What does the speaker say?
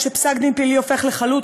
כשפסק-דין פלילי הופך לחלוט,